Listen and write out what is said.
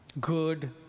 good